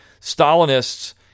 Stalinist's